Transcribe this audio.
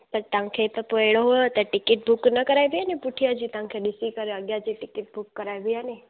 त तव्हांखे पोइ अहिड़ो त टिकेट बुक न कराए ॾिया न पुठियां जी तव्हांखे ॾिसी करे अॻियां जी टिकेट बुक कराइबी आहे नी